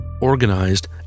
organized